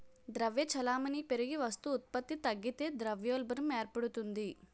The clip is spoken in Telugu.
ద్రవ్య చలామణి పెరిగి వస్తు ఉత్పత్తి తగ్గితే ద్రవ్యోల్బణం ఏర్పడుతుంది